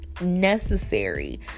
Necessary